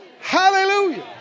hallelujah